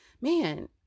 man